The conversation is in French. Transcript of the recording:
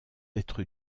être